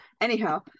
anyhow